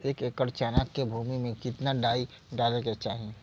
एक एकड़ चना के भूमि में कितना डाई डाले के चाही?